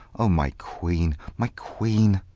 o my queen, my queen!